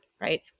right